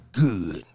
good